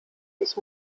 ich